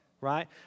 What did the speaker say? right